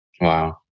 Wow